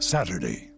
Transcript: Saturday